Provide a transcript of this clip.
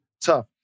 tough